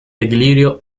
equilibrio